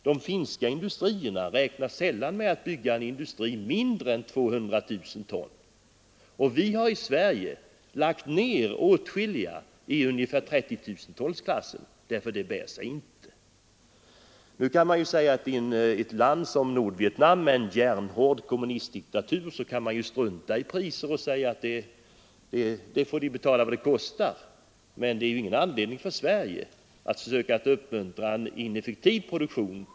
De finska industrierna räknar sällan med att bygga en industri av detta slag med en kapacitet av mindre än 200 000 ton. Vi har i Sverige lagt ned åtskilliga massaindustrier i 30 000 tons klassen därför att de inte bär sig. Nu kan man ju säga att ett land som Nordvietnam med en järnhård kommunistdiktatur kan strunta i priserna och säga att köparna får betala vad det kostar. Men det är ingen anledning för Sverige att uppmuntra en ineffektiv produktion.